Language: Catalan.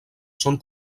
són